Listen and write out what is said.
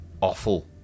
awful